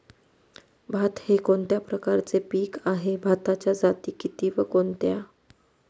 भात हे कोणत्या प्रकारचे पीक आहे? भाताच्या जाती किती व कोणत्या?